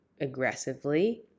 aggressively